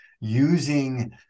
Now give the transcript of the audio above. using